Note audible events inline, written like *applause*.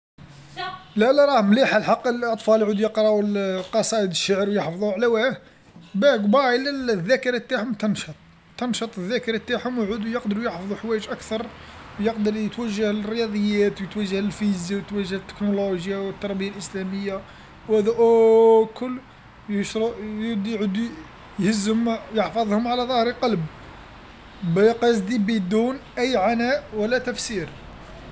لا لا راه مليح الحق الأطفال يعود يقراو القصائد الشعريه حفظوهم على واه باه قبايل للذاكره نتاعهم تنشط، تنشط الذاكره نتاعهم و يعودو يقدرو يحفظو حوايج أكثر، يقدر يتوجه للرياضيات و يتوجه للفيزيا و التكنولوجيا و تربيه الاسلاميه و ذو *hesitation* و كل يصرو يبدو يعدو يهزو ما يحفظهم على ظهر قلب، با قصدي بدون أي عناء و لا تفسير.